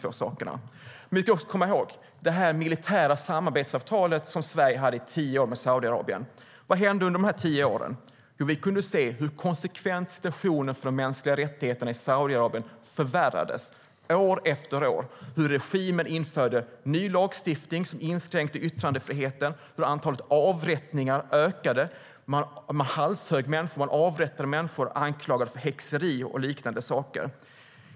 Vi ska också komma ihåg vad som hände under det militära samarbetsavtal som Sverige hade i tio år med Saudiarabien: Vi kunde se hur situationen för de mänskliga rättigheterna i Saudiarabien konsekvent förvärrades, år efter år, hur regimen införde ny lagstiftning som inskränkte yttrandefriheten, hur antalet avrättningar ökade. Man halshögg och avrättade människor som man anklagade för häxeri och liknande saker.